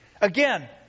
Again